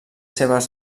seves